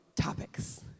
topics